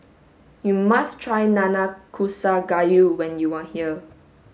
you must try Nanakusa Gayu when you are here